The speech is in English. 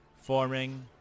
forming